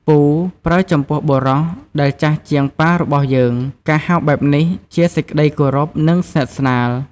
“ពូ” ប្រើចំពោះបុរសដែលចាស់ជាងប៉ារបស់យើង ការហៅបែបនេះ ជាសេចក្ដីគោរព និងស្និទ្ធស្នាល។